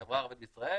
החברה הערבית בישראל,